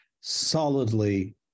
solidly